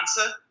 answer